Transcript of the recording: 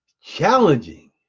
challenging